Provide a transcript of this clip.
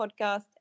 podcast